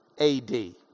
AD